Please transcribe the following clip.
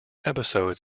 episodes